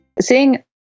Seeing